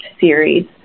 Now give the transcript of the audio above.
series